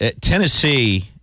Tennessee –